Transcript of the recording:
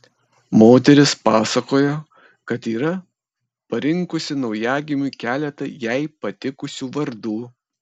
moteris pasakojo kad yra parinkusi naujagimiui keletą jai patikusių vardų